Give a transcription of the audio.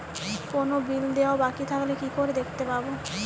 কোনো বিল দেওয়া বাকী থাকলে কি করে দেখতে পাবো?